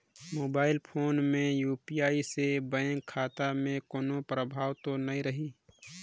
Mobile phone मे UPI से bank खाता मे कोनो प्रभाव तो नइ रही?